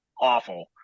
awful